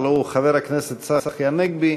הלוא הוא חבר הכנסת צחי הנגבי,